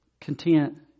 content